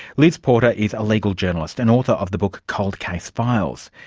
liz porter is a legal journalist, and author of the book cold case files.